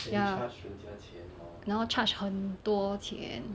ya 然后 charge 很多钱